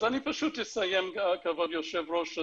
אז אני פשוט אסיים, כבוד היושב ראש.